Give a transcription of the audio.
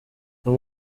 uyu